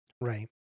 Right